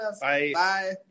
Bye